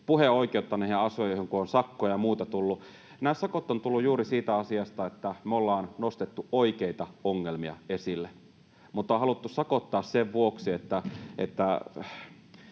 puheoikeutta ole näihin asioihin, kun on sakkoja ja muuta tullut. Nämä sakot ovat tulleet juuri siitä asiasta, että me ollaan nostettu oikeita ongelmia esille, mutta on haluttu sakottaa sen vuoksi, että